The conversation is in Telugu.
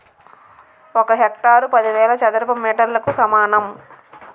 ఒక హెక్టారు పదివేల చదరపు మీటర్లకు సమానం